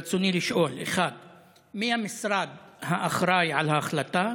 ברצוני לשאול: 1. מי המשרד האחראי להחלטה?